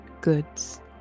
goods